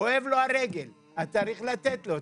כואב לו הרגל, אז צריך לתת לו.